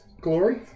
glory